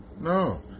No